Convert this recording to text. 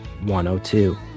102